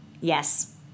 Yes